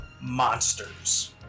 monsters